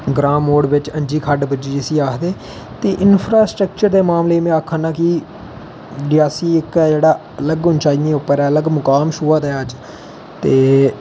ग्रांऽ मोड़ बिच्च अंजी खड्ड जिसी आखदे ते इंनफ्रास्टक्चर दे मामले गी में आखना कि रियासी इक ऐ जेहड़ा अलग उंचाई उप्पर ऐ अलग मुकाम छूहा दा ऐ ते